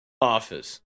Office